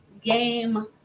game